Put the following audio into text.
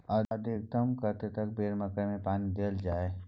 अधिकतम कतेक बेर मकई मे पानी देल जाय?